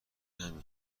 همین